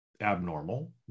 abnormal